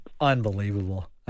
Unbelievable